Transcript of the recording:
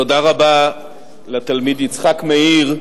תודה רבה לתלמיד יצחק מאיר,